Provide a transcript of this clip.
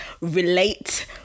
relate